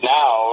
now